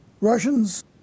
Russians